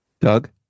Doug